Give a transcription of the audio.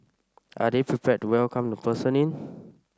are they prepared to welcome the person in